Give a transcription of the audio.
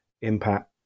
impact